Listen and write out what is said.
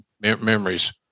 memories